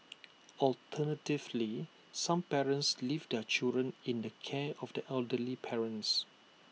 alternatively some parents leave their children in the care of their elderly parents